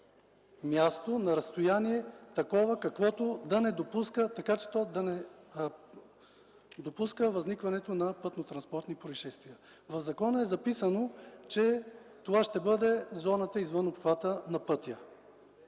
място – на разстояние, така че то да не допуска възникването на пътнотранспортни произшествия. В закона е записано, че това ще бъде зоната извън обхвата на пътя.